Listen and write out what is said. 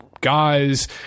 Guys